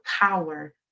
power